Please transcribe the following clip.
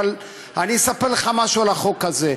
אבל אני אספר לך משהו על החוק הזה.